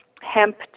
hemp